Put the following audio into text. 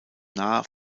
nah